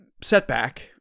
setback